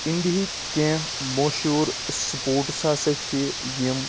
اِنڈیہِکۍ کینٛہہ مشہوٗر سٕپوٹٕس ہَسا چھِ یِم